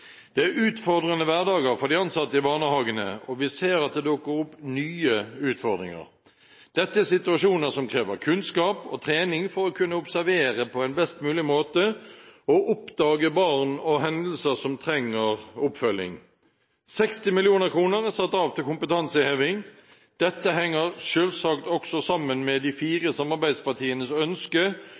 Det er utfordrende hverdager for de ansatte i barnehagene, og vi ser at det dukker opp nye utfordringer. Dette er situasjoner som krever kunnskap og trening for å kunne observere på en best mulig måte og oppdage barn og hendelser som trenger oppfølging. 60 mill. kr er satt av til kompetanseheving. Dette henger selvsagt også sammen med de fire samarbeidspartienes ønske